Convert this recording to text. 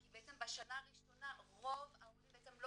כי בעצם בשנה הראשונה רוב העולים לא